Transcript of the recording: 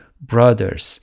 brothers